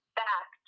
back